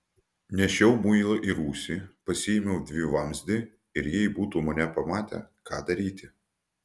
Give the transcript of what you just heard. nešiau muilą į rūsį pasiėmiau dvivamzdį ir jei būtų mane pamatę ką daryti